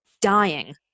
dying